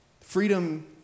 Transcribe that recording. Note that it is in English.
freedom